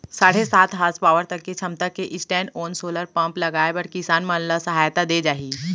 साढ़े सात हासपावर तक के छमता के स्टैंडओन सोलर पंप लगाए बर किसान मन ल सहायता दे जाही